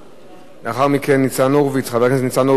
לאחר מכן, חבר הכנסת ניצן הורוביץ, רשות דיבור,